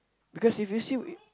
because if you see